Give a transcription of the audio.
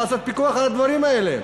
לעשות פיקוח על הדברים האלה.